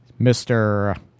Mr